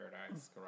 Paradise